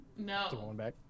No